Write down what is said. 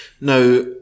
Now